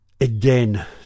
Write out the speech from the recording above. again